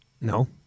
No